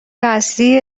اصلی